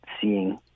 seeing